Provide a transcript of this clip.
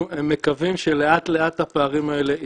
מקווים שלאט לאט הפערים האלה יצטמצמו.